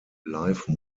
live